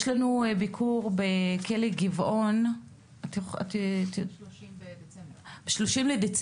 יש לנו ביקור בכלא גבעון ב-30 בדצמבר,